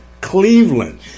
Cleveland